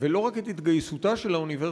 ולא רק את התגייסותה של האוניברסיטה,